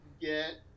get